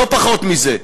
לא פחות מזה.